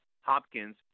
Hopkins